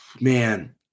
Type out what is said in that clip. man